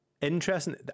interesting